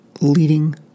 leading